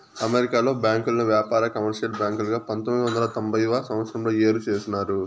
అమెరికాలో బ్యాంకుల్ని వ్యాపార, కమర్షియల్ బ్యాంకులుగా పంతొమ్మిది వందల తొంభై తొమ్మిదవ సంవచ్చరంలో ఏరు చేసినారు